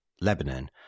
Lebanon